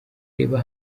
reba